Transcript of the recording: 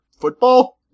football